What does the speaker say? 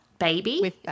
baby